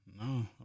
No